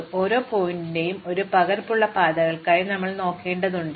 അതിനാൽ ഓരോ ശീർഷകത്തിന്റെയും ഒരു പകർപ്പ് ഉള്ള പാതകൾക്കായി ഞാൻ നോക്കേണ്ടതുണ്ട്